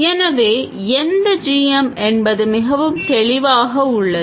எனவே எந்த gm என்பது மிகவும் தெளிவாக உள்ளது